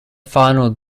final